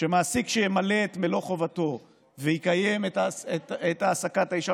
שמעסיק שימלא את מלוא חובתו ויקיים את העסקת האישה